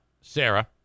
Sarah